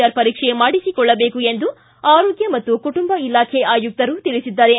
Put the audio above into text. R ಪರೀಕ್ಷೆ ಮಾಡಿಸಿಕೊಳ್ಳಬೇಕು ಎಂದು ಆರೋಗ್ಯ ಮತ್ತು ಕುಟುಂಬ ಇಲಾಖೆ ಆಯುಕ್ತರು ತಿಳಿಸಿದ್ದಾರೆ